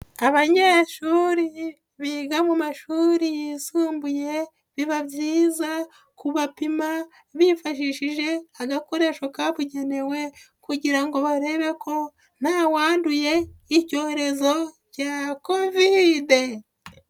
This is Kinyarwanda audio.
Abanyeshuri biga mu mashuri yisumbuye, biba byiza kubapima bifashishije agakoresho kabugenewe kugira ngo barebe ko ntawanduye icyorezo cya Covid.